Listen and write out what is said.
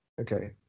okay